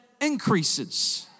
increases